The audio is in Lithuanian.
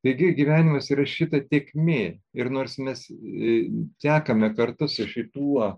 taigi gyvenimas įrašyta tėkmė ir nors mes i sekame kartu su šituo